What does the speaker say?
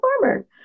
farmer